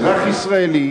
אזרח ישראלי